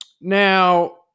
Now